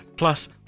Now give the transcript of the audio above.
Plus